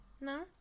No